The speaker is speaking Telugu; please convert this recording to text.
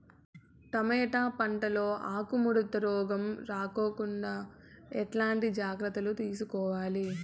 టమోటా పంట లో ఆకు ముడత రోగం రాకుండా ఎట్లాంటి జాగ్రత్తలు తీసుకోవాలి?